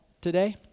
today